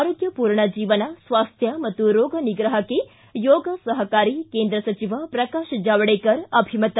ಆರೋಗ್ಯಪೂರ್ಣ ಜೀವನ ಸ್ವಾಸ್ಟ್ಯ ಮತ್ತು ರೋಗ ನಿಗ್ರಹಕ್ಕೆ ಯೋಗ ಸಹಕಾರಿ ಕೇಂದ್ರ ಸಚಿವ ಪ್ರಕಾಶ್ ಜಾವಡೇಕರ್ ಅಭಿಮತ